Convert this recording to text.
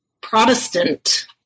Protestant